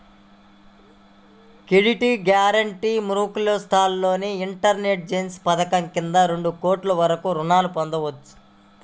credit guarantee micro, small enterprises పథకం కింద రెండు కోట్ల వరకు రుణాలను పొందొచ్చు